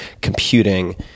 computing